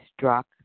struck